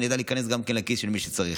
ונדע להיכנס גם לכיס של מי שצריך.